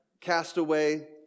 Castaway